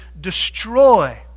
destroy